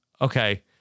Okay